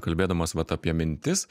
kalbėdamas vat apie mintis